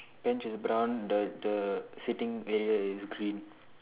bench is brown the the sitting area is green